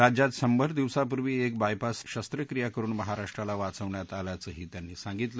राज्यात शंभर दिवसांपूर्वी एक बायपास शस्त्रक्रिया करुन महाराष्ट्राला वाचवण्यात आल्याचंही त्यांनी सांगितलं